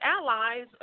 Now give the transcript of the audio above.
allies